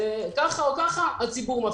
כך או כך הציבור מפסיד.